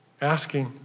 asking